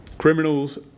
Criminals